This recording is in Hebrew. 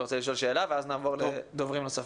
רוצה לשאול שאלה ואז נעבור לדוברים אחרים.